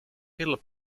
help